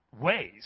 ways